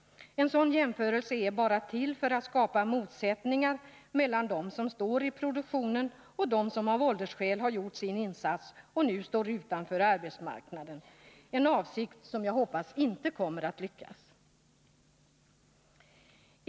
En sådan jämförelse är bara till för att skapa motsättningar mellan dem som är i produktionen och dem som av åldersskäl har gjort sin insats och nu står utanför arbetsmarknaden. Det är något som jag hoppas inte kommer att leda till resultat.